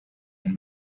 and